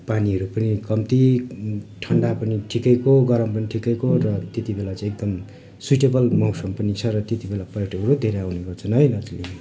पानीहरू पनि कम्ती ठन्डा पनि ठिक्कैको गरम पनि ठिक्कैको र त्यति बेला चाहिँ एकदम स्विटेबल मौसम पनि छ र त्यति बेला पर्याटकहरू धेरै आउँने गर्छन् है दार्जिलिङमा